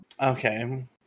Okay